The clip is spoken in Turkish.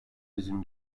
bizim